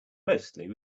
mostly